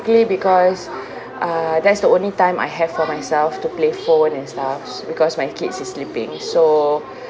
because uh that's the only time I have for myself to play phone and stuffs because my kids is sleeping so